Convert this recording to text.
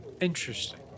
Interesting